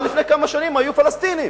אבל לפני כמה שנים היו פלסטינים.